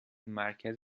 مرکز